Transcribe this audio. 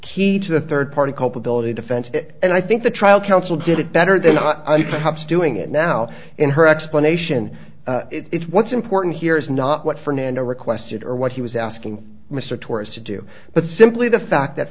key to the third party culpability defense and i think the trial counsel did it better than perhaps doing it now and her explanation if what's important here is not what fernando requested or what he was asking mr torres to do but simply the fact that